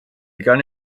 gun